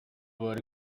bari